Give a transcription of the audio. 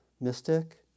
mystic